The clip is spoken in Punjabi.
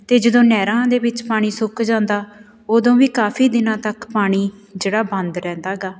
ਅਤੇ ਜਦੋਂ ਨਹਿਰਾਂ ਦੇ ਵਿੱਚ ਪਾਣੀ ਸੁੱਕ ਜਾਂਦਾ ਉਦੋਂ ਵੀ ਕਾਫੀ ਦਿਨਾਂ ਤੱਕ ਪਾਣੀ ਜਿਹੜਾ ਬੰਦ ਰਹਿੰਦਾ ਗਾ